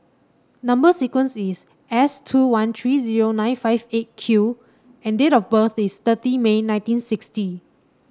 number sequence is S two one three zero nine five Eight Q and date of birth is thirty May nineteen sixty